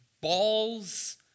balls